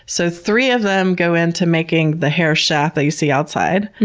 so, three of them go into making the hair shaft that you see outside.